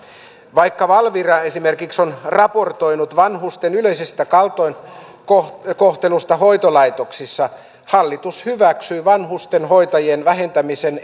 vaikka valvira esimerkiksi on raportoinut vanhusten yleisestä kaltoinkohtelusta hoitolaitoksissa hallitus hyväksyy vanhustenhoitajien vähentämisen